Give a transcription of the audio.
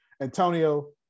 Antonio